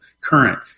current